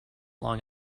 long